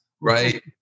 right